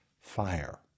fire